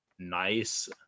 Nice